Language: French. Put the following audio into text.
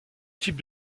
type